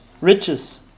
riches